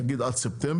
נגיד עד ספטמבר,